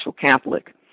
Catholic